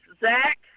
zach